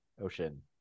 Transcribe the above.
ocean